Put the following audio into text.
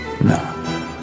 No